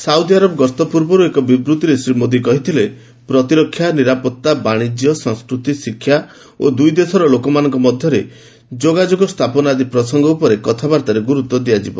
Saudi Arab ଗସ୍ତ ପୂର୍ବରୁ ଏକ ବିବୃତ୍ତିରେ ଶ୍ରୀ ମୋଦୀ କହିଥିଲେ ପ୍ରତିରକ୍ଷା ନିରାପତ୍ତା ବାଣିଜ୍ୟ ସଂସ୍କୃତି ଶିକ୍ଷା ଓ ଦୁଇ ଦେଶର ଲୋକମାନଙ୍କ ମଧ୍ୟରେ ଯୋଗାଯୋଗ ସ୍ଥାପନ ଆଦି ପ୍ରସଙ୍ଗ ଉପରେ କଥାବାର୍ତ୍ତାରେ ଗୁରୁତ୍ୱ ଦିଆଯିବ